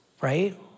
right